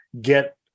get